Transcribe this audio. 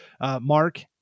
Mark